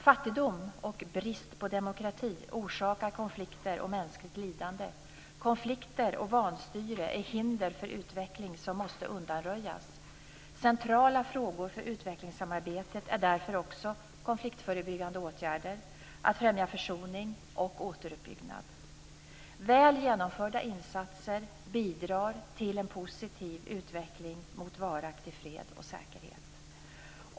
Fattigdom och brist på demokrati orsakar konflikter och mänskligt lidande. Konflikter och vanstyre är hinder för utveckling som måste undanröjas. Centrala frågor för utvecklingssamarbetet är därför också konfliktförebyggande åtgärder och att främja försoning och återuppbyggnad. Väl genomförda insatser bidrar till en positiv utveckling mot varaktig fred och säkerhet.